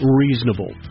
reasonable